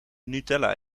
nutella